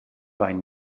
vain